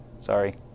Sorry